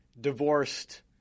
divorced